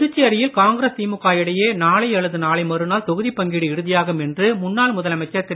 புதுச்சேரியில் காங்கிரஸ் திமுக இடையே நாளை அல்லது நாளை மறுநாள் தொகுதிப் பங்கீடு இறுதியாகும் என்று முன்னாள் முதலமைச்சர் திரு